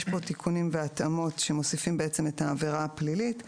יש פה תיקונים והתאמות שמוסיפים בעצם את העבירה הפלילית,